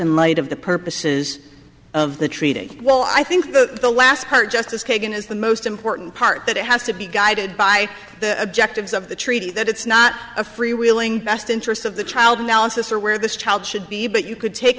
late of the purposes of the treaty well i think that the last part justice kagan is the most important part that it has to be guided by the objectives of the treaty that it's not a freewheeling best interest of the child analysis or where this child should be but you could take